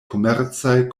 komercaj